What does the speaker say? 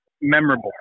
memorable